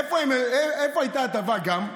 איפה הייתה הטבה, גם?